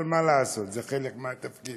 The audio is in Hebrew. אבל מה לעשות, זה חלק מהתפקיד.